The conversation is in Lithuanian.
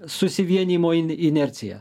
susivienijimo inerciją